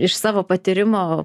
iš savo patyrimo